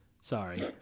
Sorry